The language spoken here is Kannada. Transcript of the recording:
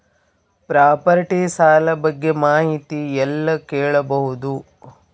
ಪ್ರಾಪರ್ಟಿ ಸಾಲ ಬಗ್ಗೆ ಮಾಹಿತಿ ಎಲ್ಲ ಕೇಳಬಹುದು?